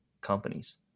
companies